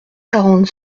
quarante